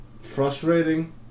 frustrating